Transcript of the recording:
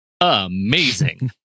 amazing